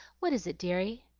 what is it, deary?